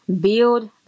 Build